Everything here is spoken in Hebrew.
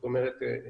זאת אומרת,